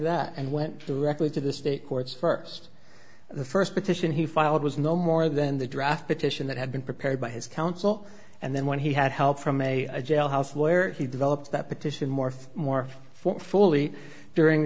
that and went directly to the state courts first the first petition he filed was no more than the draft petition that had been prepared by his counsel and then when he had help from a jailhouse lawyer he developed that petition more for more for fully during